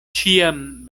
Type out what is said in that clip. ĉiam